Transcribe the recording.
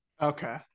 Okay